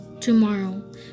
tomorrow